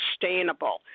sustainable